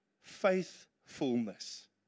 faithfulness